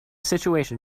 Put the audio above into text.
situation